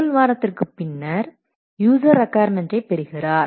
முதல் வாரத்திற்கு பின்னர் யூசர் ரிக்கொயர்மென்ட்டை பெறுகிறார்